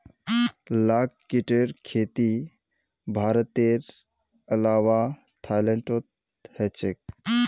लाख कीटेर खेती भारतेर अलावा थाईलैंडतो ह छेक